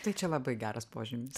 tai čia labai geras požymis